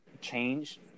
change